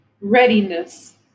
readiness